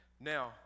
now